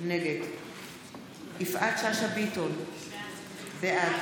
נגד יפעת שאשא ביטון, בעד